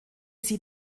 sie